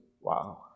Wow